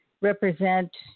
represent